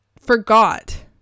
forgot